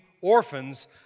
orphans